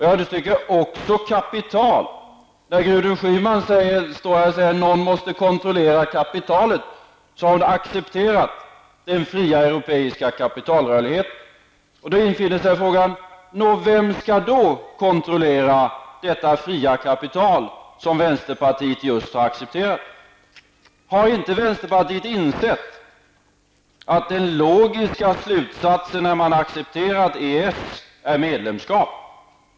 Jag understryker ordet kapital, eftersom Gudrun Schyman säger att någon måste kontrollera kapitalet. Hon accepterar alltså den fria europeiska kapitalrörligheten. Då infinner sig frågan: Vem skall då kontrollera detta fria kapital, som vänsterpartiet just har accepterat? Har inte vänsterpartiet insett att den logiska slutsatsen, när man har accepterat EES, är medlemskap?